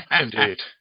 Indeed